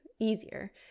easier